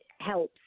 helps